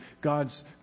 god's